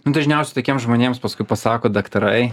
nu dažniausiai tokiem žmonėms paskui pasako daktarai